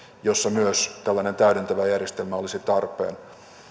jossa myös tällainen täydentävä järjestelmä olisi tarpeen